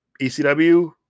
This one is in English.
ECW